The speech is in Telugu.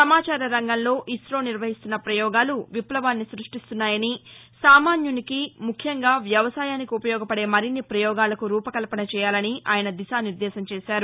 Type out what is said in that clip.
సమాచార రంగంలో ఇసో నిర్వహిస్తున్న పయోగాలు విష్లవాన్ని సృష్టిస్తున్నాయని సామాన్యనికి ముఖ్యంగా వ్యవసాయానికి ఉపయోగపడే మరిన్ని పయోగాలకు రూప కల్పన చేయాలని ఆయన దిశా నిర్దేశం చేశారు